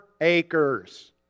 acres